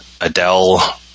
Adele